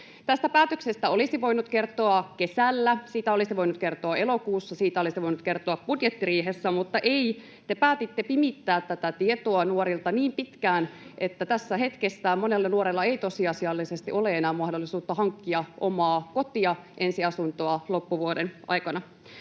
Tästä päätöksestä olisi voinut kertoa kesällä, siitä olisi voinut kertoa elokuussa, siitä olisi voinut kertoa budjettiriihessä, mutta ei, te päätitte pimittää tätä tietoa nuorilta niin pitkään, että tässä hetkessä monella nuorella ei tosiasiallisesti ole enää mahdollisuutta hankkia omaa kotia, ensiasuntoa, loppuvuoden aikana.